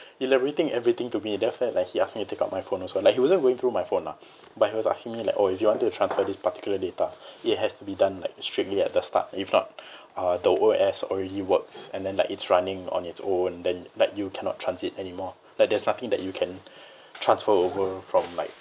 elaborating everything to me then I felt like he ask me take out my phone also like he wasn't going through my phone lah but he was asking me like oh if you wanted to transfer this particular data it has to be done like strictly at the start if not uh the O_S already works and then like it's running on its own then like you cannot transit anymore like there's nothing that you can transfer over from like